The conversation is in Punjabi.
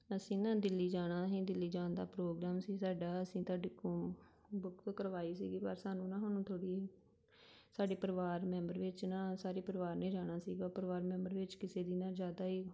ਅਸੀਂ ਨਾ ਦਿੱਲੀ ਜਾਣਾ ਸੀ ਦਿੱਲੀ ਜਾਣ ਦਾ ਪ੍ਰੋਗਰਾਮ ਸੀ ਸਾਡਾ ਅਸੀਂ ਤੁਹਾਡੇ ਕੋਲ ਬੁੱਕ ਕਰਵਾਈ ਸੀਗੀ ਪਰ ਸਾਨੂੰ ਨਾ ਹੁਣ ਥੋੜ੍ਹੀ ਸਾਡੇ ਪਰਿਵਾਰ ਮੈਂਬਰ ਵਿੱਚ ਨਾ ਸਾਰੇ ਪਰਿਵਾਰ ਨੇ ਜਾਣਾ ਸੀਗਾ ਪਰਿਵਾਰ ਮੈਂਬਰ ਵਿੱਚ ਕਿਸੇ ਦੀ ਨਾ ਜ਼ਿਆਦਾ ਹੀ